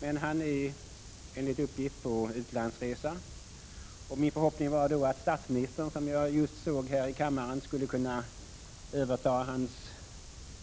Men han är enligt uppgift på utlandsresa, och min förhoppning var då att statsministern, som jag just såg här i kammaren, skulle kunna överta hans